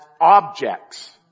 objects